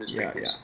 ya ya